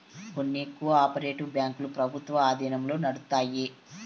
కొన్ని cooperative బ్యాంకులు ప్రభుత్వం ఆధీనంలో నడుత్తాయి